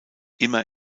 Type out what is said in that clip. immer